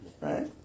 right